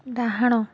ଡ଼ାହାଣ